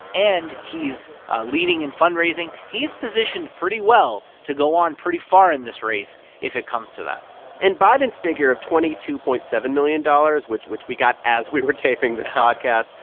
and he's ah leading in fundraising. he's positioned pretty well to go on pretty far in this race if it comes to that and biden's figure of twenty two point seven million dollars, which which we got as we were taping this podcast,